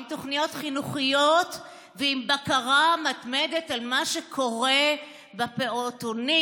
עם תוכניות חינוכיות ועם בקרה מתמדת על מה שקורה בפעוטונים,